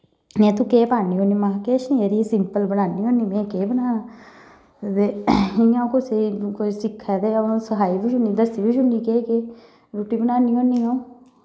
नेहा तूं केह् पान्नी होन्नी महां किश निं जरी सिंपल बनान्नी होन्नी में केह् बनाना ते इ'यां अ'ऊं कुसै गी कोई सिक्खै ते अ'ऊं सखाई बी शुड़नी दस्सी बी शुड़नी किश किश रुट्टी बनान्नी होन्नी अ'ऊं